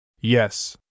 yes